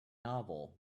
novel